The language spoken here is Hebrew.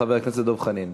חבר הכנסת דב חנין.